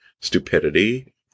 stupidity